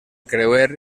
creuer